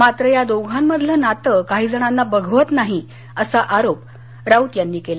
मात्र या दोघांमधलं नातं काही जणांना बघवत नाही असा आरोप राऊत यांनी केला